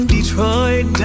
Detroit